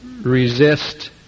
resist